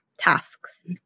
tasks